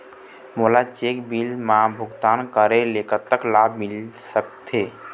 मोला cheque bill मा भुगतान करेले कतक लाभ मिल सकथे?